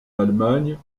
allemagne